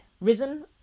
risen